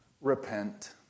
repent